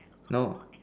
no